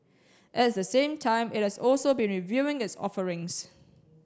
at the same time it has also been reviewing its offerings